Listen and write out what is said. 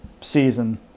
season